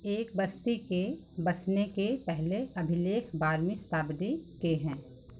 एक बस्ती के बसने के पहले अभिलेख बारहवीं शताब्दी के हैं